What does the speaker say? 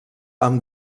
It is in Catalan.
amb